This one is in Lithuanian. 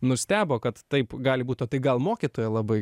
nustebo kad taip gali būt o tai gal mokytoja labai